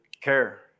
care